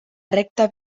recta